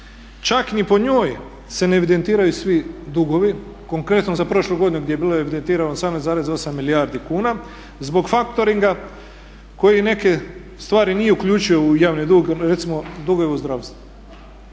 čak ni po njoj se ne evidentiraju svi dugovi. Konkretno, za prošlu godinu gdje je bilo evidentirano 18,8 milijardi kuna zbog faktoringa koji neke stvari nije uključio u javni dug, recimo dugove u zdravstvu